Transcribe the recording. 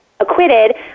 acquitted